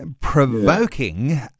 provoking